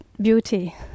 beauty